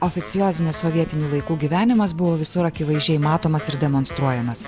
oficiozinis sovietinių laikų gyvenimas buvo visur akivaizdžiai matomas ir demonstruojamas